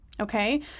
Okay